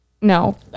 no